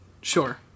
sure